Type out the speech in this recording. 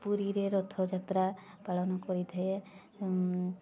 ପୁରୀରେ ରଥଯାତ୍ରା ପାଳନ କରିଥାଏ